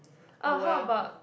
oh well